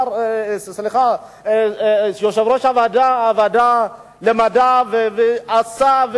יושב-ראש הוועדה למדע עשה,